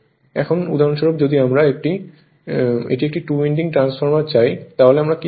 এখন উদাহরণস্বরূপ যদি আমরা এটি একটি টু উইন্ডিং ট্রান্সফরমার চাই তাহলে আমরা কি করব